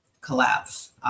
collapse